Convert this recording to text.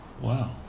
Wow